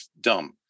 dumb